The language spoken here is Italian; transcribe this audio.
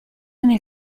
nel